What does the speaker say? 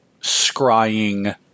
scrying